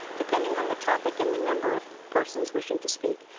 depending on the topic and the number of persons wishing to speak.